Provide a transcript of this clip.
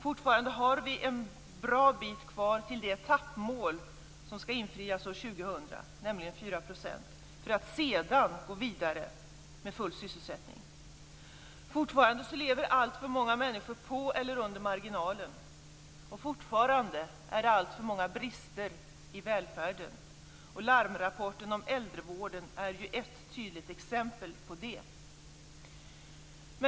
Fortfarande har vi en bra bit kvar till det etappmål som skall infrias år 2000, nämligen en arbetslöshet på 4 %, och sedan kan vi gå vidare mot en full sysselsättning. Fortfarande lever alltför många människor på eller under marginalen, och fortfarande finns det alltför många brister i välfärden. Larmrapporten om äldrevården är ett tydligt exempel på det.